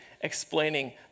explaining